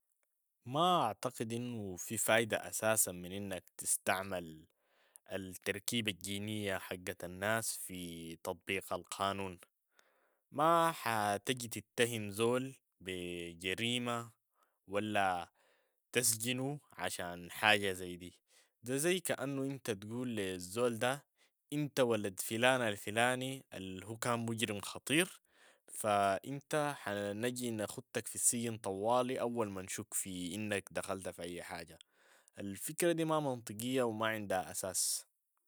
ما أعتقد إنو في فايدة أساسا من إنك تستعمل التركيبة الجينية حق الناس في تطبيق القانون، ما حتجي تتهم زول بي جريمة ولا تسجنه عشان حاجة زي دي، ده زي كأنه إنت تقول لي الزول ده إنت ولد فلان الفلاني الهو كان مجرم خطير فإنت حنجي نختك في السجن طوالي أول ما نشوق في إنك دخلت في أي حاجة. الفكرة دي ما منطقية و ما عندها أساس.